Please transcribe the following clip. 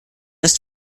ist